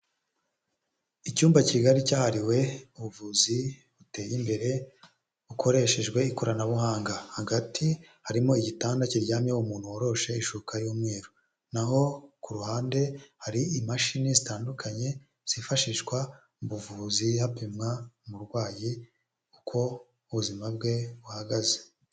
Icyumba kigari cyahariwe ubuvuzi buteye imbere bukoreshejwe ikoranabuhanga, hagati harimo igitanda kiryamyeho umuntu worosheho ishuka y'umweru n'aho ku ruhande hari imashini zitandukanye zifashishwa mu buvuzi hapimwa umurwayi uko ubuzima bwe buhagaze.